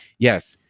yes,